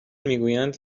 میگویند